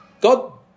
God